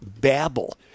babble